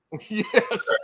Yes